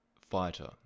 fighter